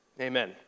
Amen